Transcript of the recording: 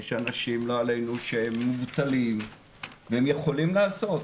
יש אנשים לא עלינו מובטלים והם יכולים לעשות.